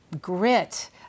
grit